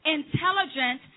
intelligent